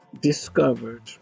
discovered